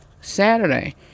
Saturday